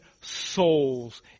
souls